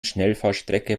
schnellfahrstrecke